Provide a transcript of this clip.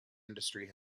industry